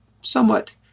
somewhat